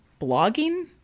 blogging